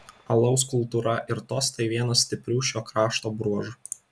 alaus kultūra ir tostai vienas stiprių šio krašto bruožų